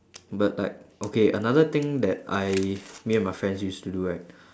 but like okay another thing that I me and my friends used to do right